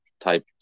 type